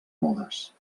modes